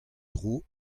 dro